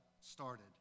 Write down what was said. started